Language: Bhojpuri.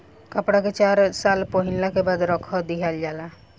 कपड़ा के चार पाँच साल पहिनला के बाद रख दिहल जाला